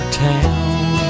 town